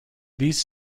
these